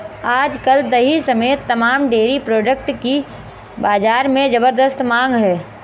आज कल दही समेत तमाम डेरी प्रोडक्ट की बाजार में ज़बरदस्त मांग है